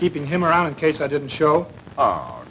keeping him around in case i didn't show